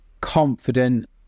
confident